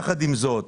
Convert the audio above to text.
יחד עם זאת,